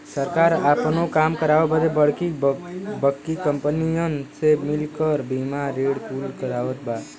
सरकार आपनो काम करावे बदे बड़की बड़्की कंपनीअन से मिल क बीमा ऋण कुल करवावत बा